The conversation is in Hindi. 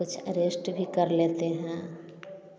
कुछ रेश्ट भी कर लेते हैं